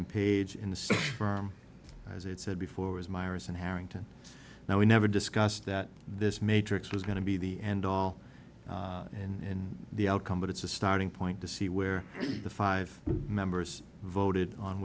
in page in the same firm as it said before was myers and harrington now we never discussed that this matrix was going to be the end all and the outcome but it's a starting point to see where the five members voted on